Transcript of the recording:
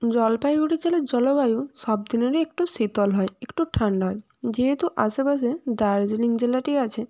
জলপাইগুড়ি জেলার জলবায়ু সব দিনেরই একটু শীতল হয় একটু ঠান্ডা হয় যেহেতু আশেপাশে দার্জিলিং জেলাটি আছে